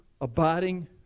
abiding